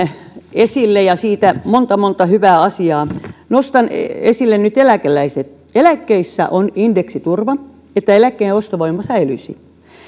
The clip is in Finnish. esille ja siitä monta monta hyvää asiaa nostan esille nyt eläkeläiset eläkkeissä on indeksiturva että eläkkeen ostovoima säilyisi